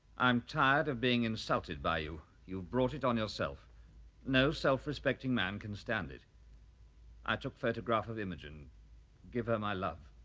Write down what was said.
i'm tired of being insulted by you. you brought it on yourself no self-respecting man can stand it i took photograph of imogen give her my love.